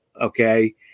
okay